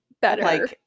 better